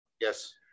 yes